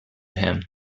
him